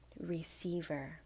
receiver